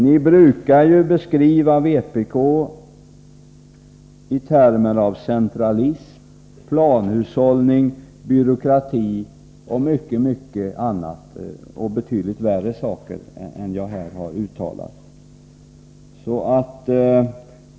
Ni brukar ju beskriva vpk i termer av centralism, planhushållning, byråkrati och mycket, mycket annat som är betydligt värre än vad jag nu har uttalat.